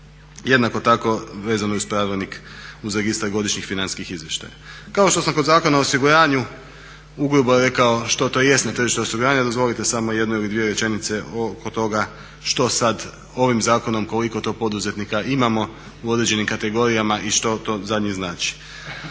jednako tako vezano uz Pravilnik uz registar godišnjih financijskih izvještaja. Kao što sam kod Zakona o osiguranju ugrubo rekao što to jest na tržištu osiguranja dozvolite samo jednu ili dvije rečenice oko toga što sad ovim zakonom, koliko to poduzetnika imamo u određenim kategorijama i što to za njih znači.